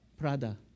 Prada